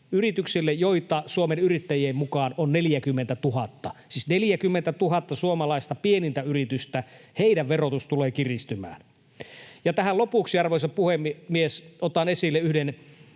joita Suomen Yrittäjien mukaan on 40 000 — siis 40 000 pienimmän suomalaisen yrityksen verotus tulee kiristymään. Ja tähän lopuksi, arvoisa puhemies, otan esille yhden